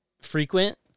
frequent